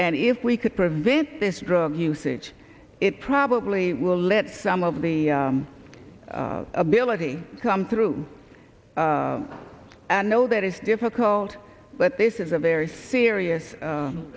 and if we could prevent this drug usage it probably will let some of the ability come through and know that it's difficult but this is a very serious